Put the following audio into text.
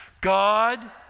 God